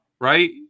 right